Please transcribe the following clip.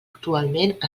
actualment